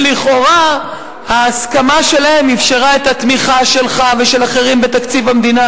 שלכאורה ההסכמה שלהם אפשרה את התמיכה שלך ושל אחרים בתקציב המדינה,